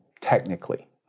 technically